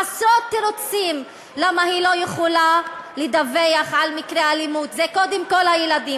עשרות תירוצים למה היא לא יכולה לדווח על מקרה אלימות: קודם כול הילדים,